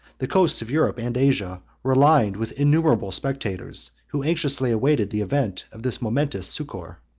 the coasts of europe and asia, were lined with innumerable spectators, who anxiously awaited the event of this momentous succor.